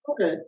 Okay